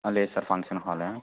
అదే sir function hall